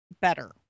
better